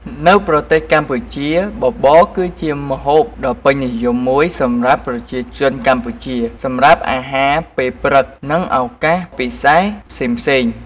នៅប្រទេសកម្ពុជា បបរគឺជាម្ហូបដ៏ពេញនិយមមួយសម្រាប់ប្រជាជនកម្ពុជា សម្រាប់អាហារពេលព្រឹក និងឱកាសពិសេសផ្សេងៗ។